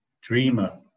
dreamer